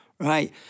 Right